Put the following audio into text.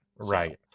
Right